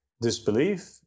disbelief